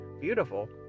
beautiful